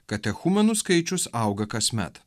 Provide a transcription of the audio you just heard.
katechumenų skaičius auga kasmet